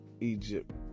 Egypt